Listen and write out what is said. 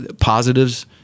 Positives